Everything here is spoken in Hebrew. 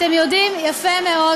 אתם יודעים יפה מאוד